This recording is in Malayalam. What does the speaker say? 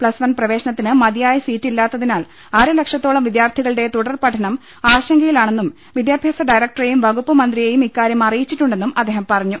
പ്ലസ് വൺ പ്രവേശനത്തിന് മതിയായ സീറ്റില്ലാത്തതിനാൽ അരലക്ഷത്തോളം വിദ്യാർഥിക ളുടെ തുടർപഠനം ആശങ്കയിലാണെന്നും വിദ്യാഭ്യാസ ഡയരക്ടറെയും വകുപ്പ് മന്ത്രിയെയും ഇക്കാര്യം അറി യിച്ചിട്ടുണ്ടെന്നും അദ്ദേഹം പറഞ്ഞു